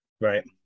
Right